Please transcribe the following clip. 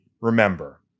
remember